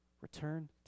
return